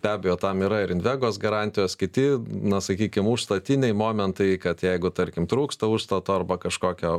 be abejo tam yra ir invegos garantijos kiti na sakykim užstatiniai momentai kad jeigu tarkim trūksta užstato arba kažkokio